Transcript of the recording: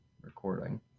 recording